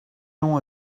only